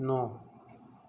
न'